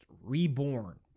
reborn